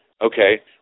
Okay